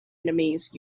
enemies